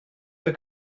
the